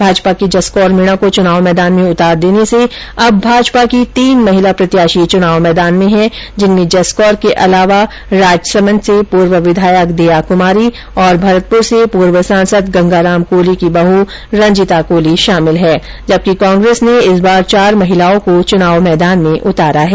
भाजपा के जसकौर मीणा को चुनाव मैदान में उतार देने से अब भाजपा की तीन महिला प्रत्याशी चुनाव मैदान हैं जिनमें जसकौर के अलावा राजसमंद से पूर्व विधायक दीया कुमारी तथा भरतपुर से पूर्व सांसद गंगाराम कोली की बहू रंजीता कोली शामिल है जबकि कांग्रेस ने इस बार चार महिलाओं को चुनाव मैदान में उतारा है